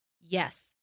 Yes